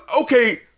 Okay